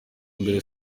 mbere